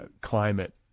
climate